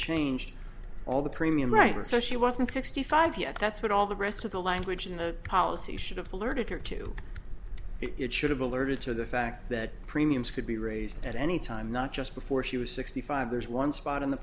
changed all the premium rights so she wasn't sixty five yet that's what all the rest of the language in the policy he should have alerted her to it should have alerted to the fact that premiums could be raised at any time not just before she was sixty five there's one spot in the